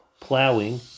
plowing